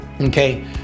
Okay